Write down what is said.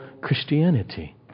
Christianity